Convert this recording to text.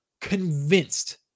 convinced